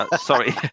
Sorry